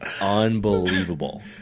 unbelievable